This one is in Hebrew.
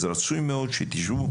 אז רצוי מאוד שתשבו,